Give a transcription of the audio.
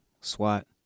SWAT